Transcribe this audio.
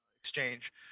Exchange